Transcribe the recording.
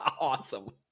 awesome